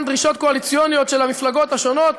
דרישות קואליציוניות של המפלגות השונות,